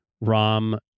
Rom